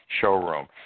showroom